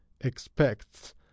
expects